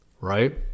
right